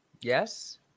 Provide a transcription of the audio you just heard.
yes